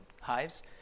hives